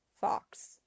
fox